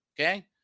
okay